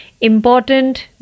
important